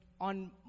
on